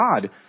God